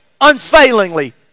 unfailingly